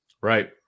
Right